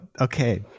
okay